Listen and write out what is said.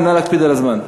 נא להקפיד על הזמן.